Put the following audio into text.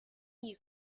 new